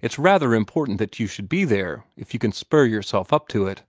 it's rather important that you should be there, if you can spur yourself up to it.